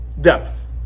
depth